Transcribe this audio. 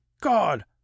god